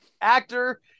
actor